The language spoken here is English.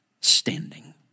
standing